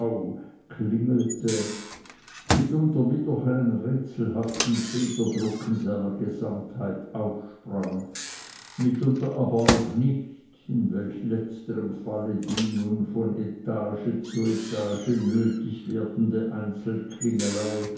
klingelte mitunter wie durch einen rätselhaften federdruck in seiner gesamtheit aufsprang mitunter aber auch nicht in welch letzterem falle die nun von etage zu etage nötig werdende